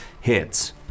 Hits